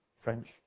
French